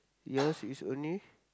yours is only